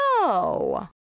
no